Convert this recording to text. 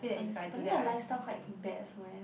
but t~ but then the lifestyle quite bad also eh